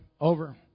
over